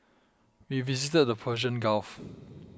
we visited the Persian Gulf